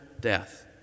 death